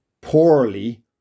poorly